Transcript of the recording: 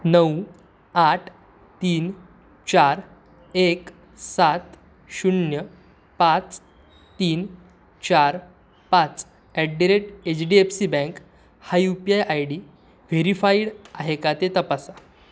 नऊ आठ तीन चार एक सात शून्य पाच तीन चार पाच at the rate H D F C bank हा U P I I D verified आहे का ते तपासा